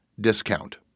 discount